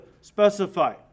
specify